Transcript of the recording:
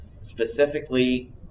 specifically